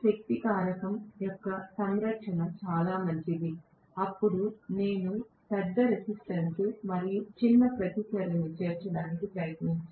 శక్తి కారకం యొక్క సంరక్షణ చాలా మంచిది అప్పుడు నేను పెద్ద రెసిస్టెన్స్ మరియు చిన్న ప్రతిచర్యను చేర్చడానికి ప్రయత్నించవచ్చు